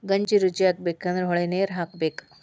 ಗಜ್ರಿ ರುಚಿಯಾಗಬೇಕಂದ್ರ ಹೊಳಿನೇರ ಹಾಸಬೇಕ